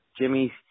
Jimmy